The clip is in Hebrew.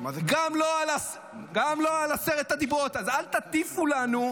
גם לא על עשרת הדיברות, אז אל תטיפו לנו.